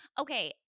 Okay